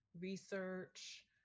research